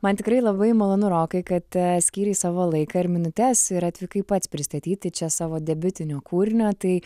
man tikrai labai malonu rokai kad skyrei savo laiką ir minutes ir atvykai pats pristatyti čia savo debiutiniu kūrinio tai